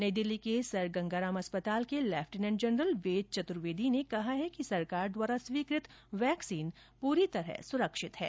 नई दिल्ली के सर गंगाराम अस्पताल के लेफ्टिनेंट जनरल वेद चतुर्वेदी ने कहा है कि सरकार द्वारा स्वीकृत वैक्सीन पूरी तरह सुरक्षित है